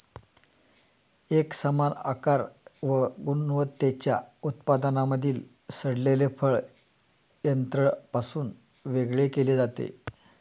एकसमान आकार व गुणवत्तेच्या उत्पादनांमधील सडलेले फळ यंत्रापासून वेगळे केले जाते